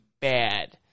bad